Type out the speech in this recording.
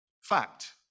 Fact